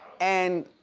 and